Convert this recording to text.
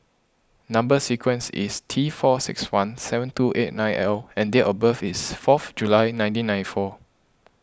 Number Sequence is T four six one seven two eight nine L and date of birth is fourth July nineteen ninety four